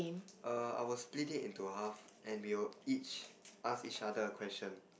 err I was split it into half and we will each ask each other a question